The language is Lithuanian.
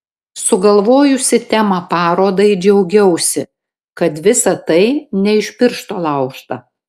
sugalvojusi temą parodai džiaugiausi kad visa tai ne iš piršto laužta